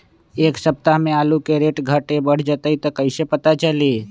एक सप्ताह मे आलू के रेट घट ये बढ़ जतई त कईसे पता चली?